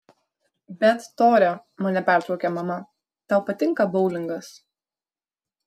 bet tore mane pertraukė mama tau patinka boulingas